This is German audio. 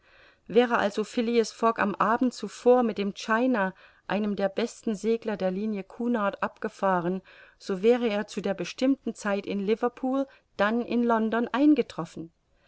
wäre also phileas fogg am abend zuvor mit dem china einem der besten segler der linie cunard abgefahren so wäre er zu der bestimmten zeit in liverpool dann in london eingetroffen